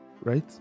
right